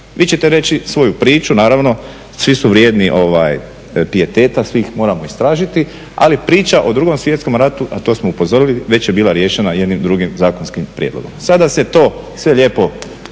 Vi ćete reći svoju priču, naravno, svi su vrijedni pijeteta, svih moramo istražiti, ali priča o II. Svjetskom ratu, a to smo upozorili, već je bila riješena jednim drugim zakonskim prijedlogom. Sada se to sve lijepo